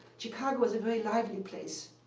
chicago was a very lively place.